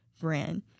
brand